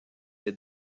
est